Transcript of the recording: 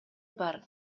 бар